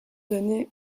donnée